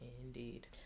Indeed